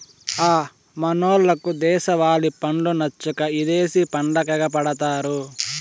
హ మనోళ్లకు దేశవాలి పండ్లు నచ్చక ఇదేశి పండ్లకెగపడతారు